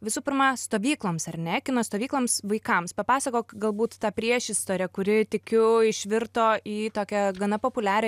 visų pirma stovykloms ar ne kino stovykloms vaikams papasakok galbūt tą priešistorę kuri tikiu išvirto į tokią gana populiarią